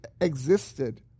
existed